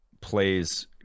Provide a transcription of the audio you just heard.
plays